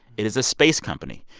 it is a space company.